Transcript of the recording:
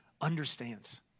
understands